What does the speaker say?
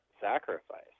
sacrifice